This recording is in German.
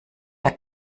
der